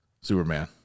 Superman